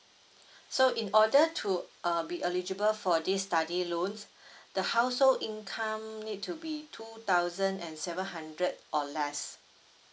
so in order to err be eligible for this study loans the household income need to be two thousand and seven hundred or less